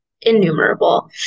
innumerable